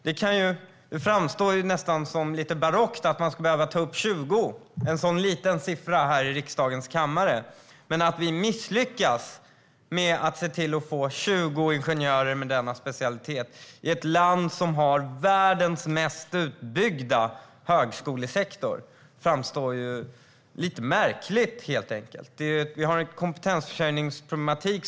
Det framstår nästan som barockt att man här i riksdagens kammare ska behöva ta upp ett så litet antal som 20. Men att ett land som har världens mest utbyggda högskolesektor misslyckas med att få 20 ingenjörer med denna specialitet är lite märkligt. Vi har en kompetensförsörjningsproblematik.